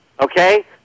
okay